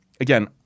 again